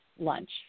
lunch